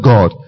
God